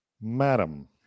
Madam